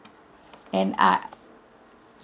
and uh